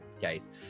case